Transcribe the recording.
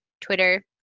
Twitter